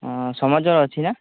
ହଁ ସମାଜ ଅଛି ନା